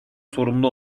sorumlu